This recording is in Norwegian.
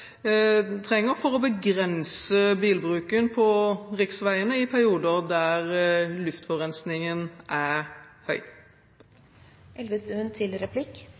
trenger for å begrense bilbruken på riksveiene i perioder der luftforurensningen er høy. Det refereres til